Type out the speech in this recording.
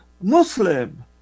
muslim